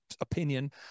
opinion